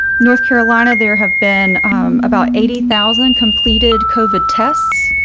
north carolina, there have been about eighty thousand and completed cova tests.